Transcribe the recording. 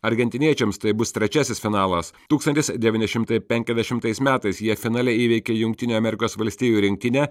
argentiniečiams tai bus trečiasis finalas tūkstantis devyni šimtai penkiasdešimtais metais jie finale įveikė jungtinių amerikos valstijų rinktinę